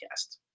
podcast